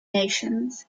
nations